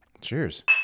Cheers